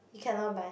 you cannot buy